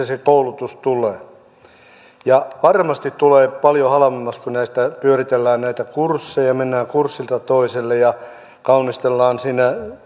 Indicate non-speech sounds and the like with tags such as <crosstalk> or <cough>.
<unintelligible> se koulutus tulee varmasti se tulee paljon halvemmaksi kuin se että pyöritellään näitä kursseja mennään kurssilta toiselle ja kaunistellaan siinä